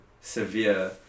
severe